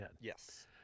Yes